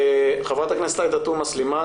חברת הכנסת עאידה תומא סלימאן.